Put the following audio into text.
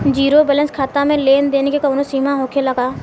Zero balance खाता में लेन देन के कवनो सीमा होखे ला का?